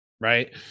Right